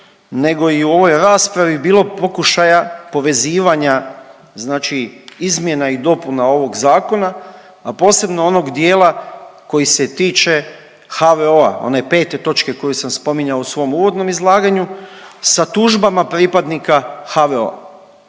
nego i u ovoj raspravi bilo pokušaja povezivanja znači izmjena i dopuna ovoga zakona, a posebno onog dijela koji se tiče HVO-a one 5. točke koju sam spominjao u svom uvodnom izlaganju sa tužbama pripadnika HVO-a.